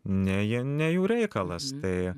ne jie ne jų reikalas tai